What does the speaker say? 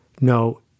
no